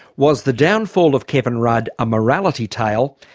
was the downfall of kevin rudd a morality tale?